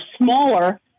smaller